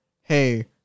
hey